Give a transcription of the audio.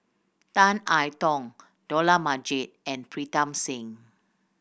Tan I Tong Dollah Majid and Pritam Singh